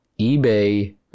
ebay